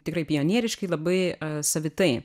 tikrai pionieriškai labai savitai